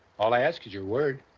all i ask is your word.